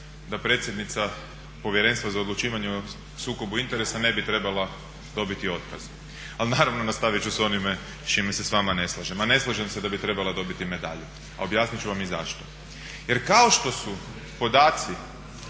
da predsjednica Povjerenstva za odlučivanje o sukobu interesa ne bi trebala dobiti otkaz. Ali naravno, nastavit ću sa onime s čime se s vama ne slažem, a ne slažem se da bi trebala dobiti medalju, a objasnit ću vam i zašto. Jer kao što su podaci